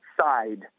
side